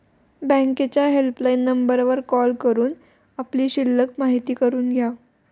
बँकेच्या हेल्पलाईन नंबरवर कॉल करून आपली शिल्लक माहिती करून घ्या